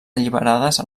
alliberades